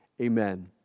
amen